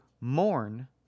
mourn